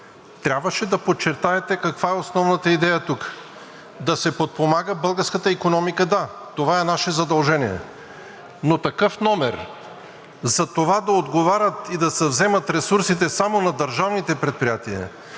Трябваше да подчертаете каква е основната идея тук. Да се подпомага българската икономика, да, това е наше задължение, но такъв номер затова да отговарят и да се вземат ресурсите само на държавните предприятия